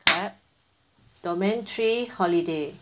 clap domain three holiday